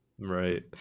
Right